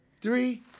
three